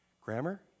Grammar